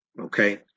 okay